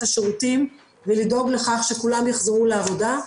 השירותים ולדאוג לכך שכולם יחזרו לעבודה.